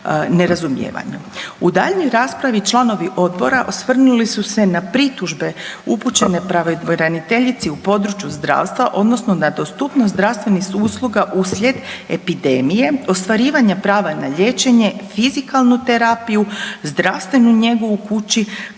U daljnjoj raspravi članovi odbora osvrnuli su se na pritužbe upućene pravobraniteljici u području zdravstva odnosno na dostupnost zdravstvenih usluga uslijed epidemije, ostvarivanja prava na liječenje i fizikalnu terapiju, zdravstvenu njegu u kući